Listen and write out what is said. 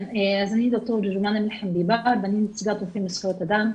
אני נציגת רופאים לזכויות אדם.